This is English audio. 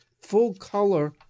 full-color